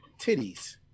titties